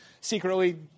secretly